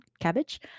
cabbage